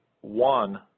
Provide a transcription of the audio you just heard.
one